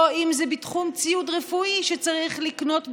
אם זה בתחום ציוד רפואי שצריך לקנות בחירום.